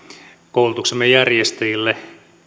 koulutuksemme järjestäjille